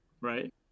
right